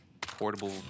portable